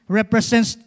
represents